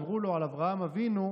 אמרו לו על אברהם אבינו: